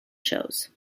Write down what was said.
shows